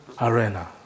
arena